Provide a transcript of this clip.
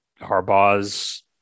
Harbaugh's